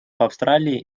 австралии